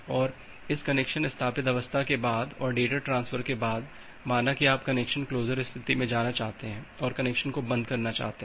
और इस कनेक्शन स्थापित अवस्था के बाद और डेटा ट्रांसफर के बाद माना की आप कनेक्शन क्लोसर स्थिति में जाना चाहते हैं और कनेक्शन को बंद करना चाहते हैं